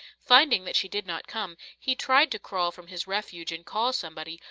finding that she did not come, he tried to crawl from his refuge and call somebody,